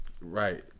Right